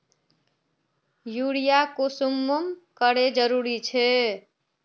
Urea कुंसम करे जरूरी छै?